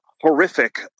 horrific